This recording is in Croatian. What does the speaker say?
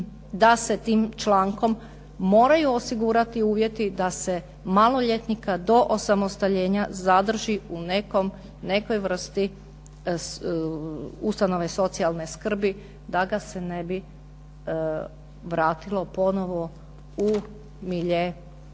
da se tim člankom moraju osigurati uvjeti da se maloljetnika do osamostaljenja zadrži u nekoj vrsti ustanove socijalne skrbi, da ga se ne bi vratilo ponovo u milje